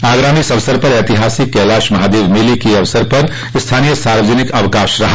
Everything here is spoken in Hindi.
आगरा में इस अवसर पर ऐतिहासिक कैलाश महादेव मेले के अवसर पर स्थानीय सार्वजनिक अवकाश रहा